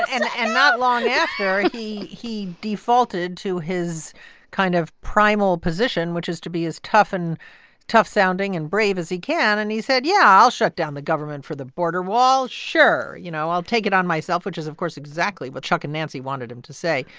and and not long after, he he defaulted to his kind of primal position which is to be as tough and tough sounding and brave as he can. and he said, yeah, i'll shut down the government for the border wall. sure. you know, i'll take it on myself, which is, of course, exactly what chuck and nancy wanted him to say.